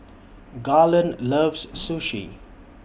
Garland loves Sushi